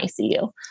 ICU